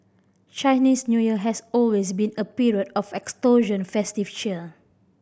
Chinese New Year has always been a period of extortion festive cheer